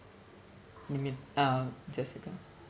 you mean um jessica